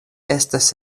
estas